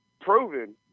Proven